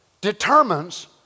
determines